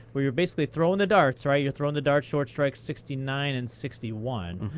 where you're basically throwing the darts, right? you're throwing the dart, short strikes sixty nine and sixty one.